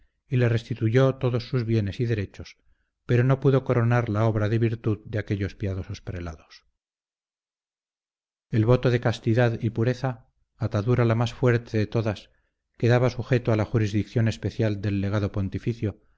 y le restituyó todos sus bienes y derechos pero no pudo coronar la obra de virtud de aquellos piadosos prelados el voto de castidad y pureza atadura la más fuerte de todas quedaba sujeto a la jurisdicción especial del legado pontificio